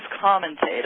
commentator